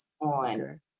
on